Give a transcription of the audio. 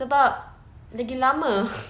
sebab lagi lama